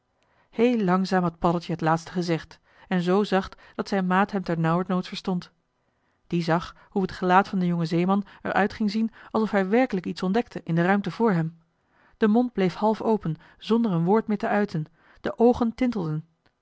heel langzaam had paddeltje het laatste gezegd en zoo zacht dat zijn maat hem ternauwernood verstond die zag hoe het gelaat van den jongen zeeman er uit ging zien alsof hij werkelijk iets ontdekte in de ruimte voor hem de mond bleef half open zonder een woord meer te uiten de oogen tintelden